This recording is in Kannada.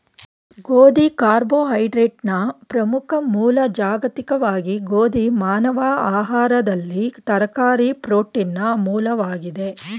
ಗೋಧಿ ಕಾರ್ಬೋಹೈಡ್ರೇಟ್ನ ಪ್ರಮುಖ ಮೂಲ ಜಾಗತಿಕವಾಗಿ ಗೋಧಿ ಮಾನವ ಆಹಾರದಲ್ಲಿ ತರಕಾರಿ ಪ್ರೋಟೀನ್ನ ಮೂಲವಾಗಿದೆ